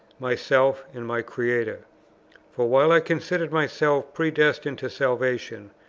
myself and my creator for while i considered myself predestined to salvation,